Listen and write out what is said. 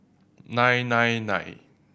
nine nine nine